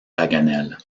paganel